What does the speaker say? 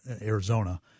Arizona